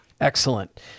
Excellent